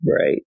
Right